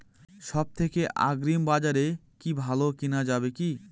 সব থেকে আগ্রিবাজারে কি ভালো কেনা যাবে কি?